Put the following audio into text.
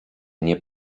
nie